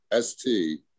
ST